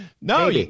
No